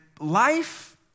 Life